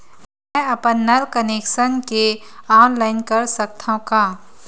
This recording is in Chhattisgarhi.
मैं अपन नल कनेक्शन के ऑनलाइन कर सकथव का?